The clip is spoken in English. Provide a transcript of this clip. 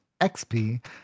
XP